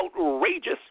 outrageous